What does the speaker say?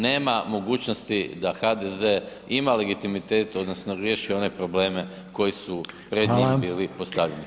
Nema mogućnosti da HDZ ima legitimitet odnosno riješio je one probleme koji su pred njih bili postavljeni.